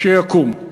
שיקום,